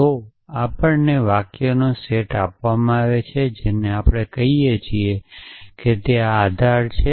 તો આપણને વાક્યનો સમૂહ આપવામાં આવે છે જેને આપણે નોલેજ કહીયે છીએ તે આ છે